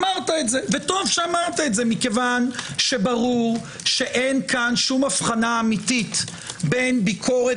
וטוב שאמרת זאת כי ברור שאין פה שום הבחנה אמיתית בין ביקורת